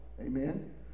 Amen